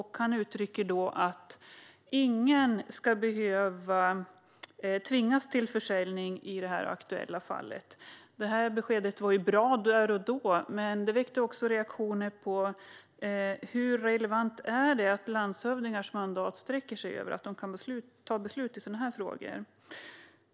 Han uttryckte att ingen ska behöva tvingas till försäljning i det aktuella fallet. Det beskedet var bra där och då, men det väckte också reaktioner och frågor om hur långt landshövdingars mandat sträcker sig när det gäller beslut i sådana här frågor.